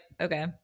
okay